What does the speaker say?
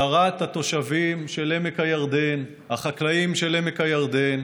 צרת התושבים של עמק הירדן, החקלאים של עמק הירדן,